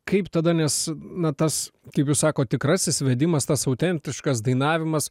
kaip tada nes na tas kaip jūs sakot tikrasis vedimas tas autentiškas dainavimas